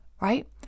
right